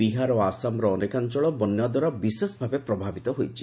ବିହାର ଓ ଆସାମ୍ର ଅନେକାଞ୍ଚଳ ବନ୍ୟାଦ୍ୱାରା ବିଶେଷଭାବେ ପ୍ରଭାବିତ ହୋଇଛି